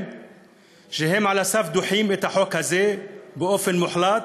שדוחים על הסף את החוק הזה באופן מוחלט,